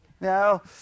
No